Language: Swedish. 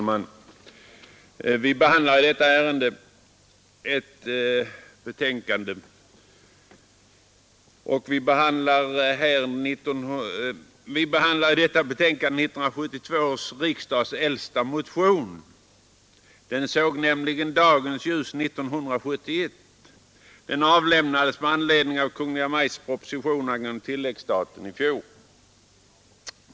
Herr talman! I detta betänkande behandlas 1972 års riksdags äldsta motion. Den såg nämligen dagens ljus 1971. Den avlämnades med anledning av Kungl. Maj:ts proposition angående tilläggsstaten i fjol.